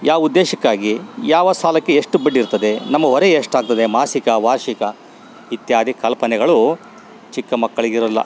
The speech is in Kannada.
ಯಾವ ಉದ್ದೇಶಕ್ಕಾಗಿ ಯಾವ ಸಾಲಕ್ಕೆ ಎಷ್ಟು ಬಡ್ಡಿಯಿರ್ತದೆ ನಮ್ಮ ಹೊರೆ ಎಷ್ಟಾಗ್ತದೆ ಮಾಸಿಕ ವಾರ್ಷಿಕ ಇತ್ಯಾದಿ ಕಲ್ಪನೆಗಳು ಚಿಕ್ಕಮಕ್ಕಳಿಗಿರೋಲ್ಲ